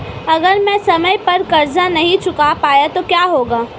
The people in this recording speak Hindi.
अगर मैं समय पर कर्ज़ नहीं चुका पाया तो क्या होगा?